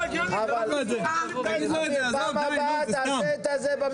זה לא הגיוני --- בפעם הבאה תעשה את המלחמה